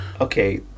Okay